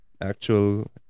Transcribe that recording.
actual